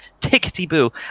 tickety-boo